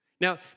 Now